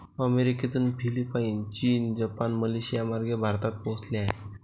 अमेरिकेतून फिलिपाईन, चीन, जपान, मलेशियामार्गे भारतात पोहोचले आहे